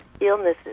illnesses